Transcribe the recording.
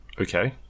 Okay